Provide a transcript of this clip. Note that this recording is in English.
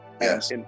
Yes